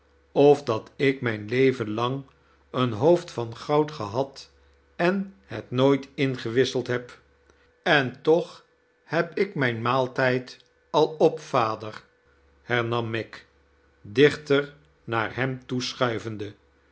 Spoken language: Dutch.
of dat ik mijn leven lang een hoofd van goud gehad en het nooit ingewisseld heb en toch heb ik mijn maaltijd al op vader hernam meg dichter naar hem